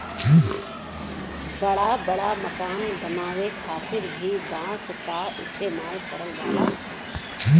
बड़ा बड़ा मकान बनावे खातिर भी बांस क इस्तेमाल करल जाला